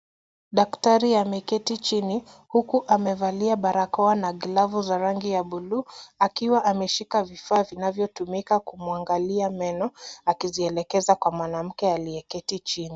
Daktari ameketi chini, huku amevalia barakoa na glavu za rangi ya buluu, akiwa ameshika vifaa vinavyotumika kumwangalia meno, akijielekeza kwa mwanamke aliyeketi chini.